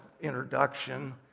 introduction